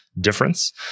difference